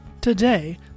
Today